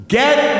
get